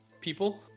people